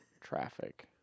Traffic